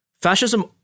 fascism